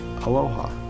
Aloha